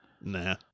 Nah